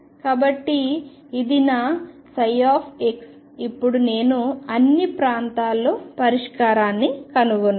కాబట్టి ఇది నా ψ ఇప్పుడు నేను అన్ని ప్రాంతాలలో పరిష్కారాన్ని కనుగొన్నాను